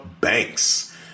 Banks